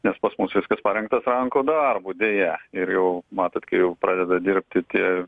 nes pas mus viskas parengtas rankų darbu deja ir jau matot kai jau pradeda dirbti tie